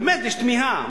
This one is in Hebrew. באמת, יש תמיהה.